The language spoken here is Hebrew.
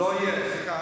לא יהיה, סליחה.